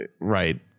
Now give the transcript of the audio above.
Right